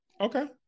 Okay